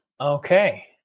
Okay